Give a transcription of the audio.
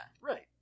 Right